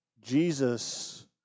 Jesus